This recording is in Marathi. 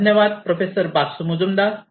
धन्यवाद प्रोफेसर बासू मुजुमदार